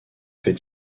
fait